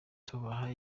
tubaha